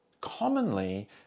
Commonly